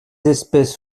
espèces